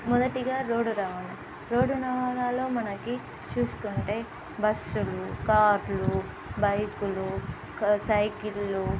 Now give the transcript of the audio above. మొదటగా రోడ్డు రవాణా రోడ్డు రవాణాలో మనకి చూసుకుంటే బస్సులు కార్లు బైకులు సైకిళ్ళు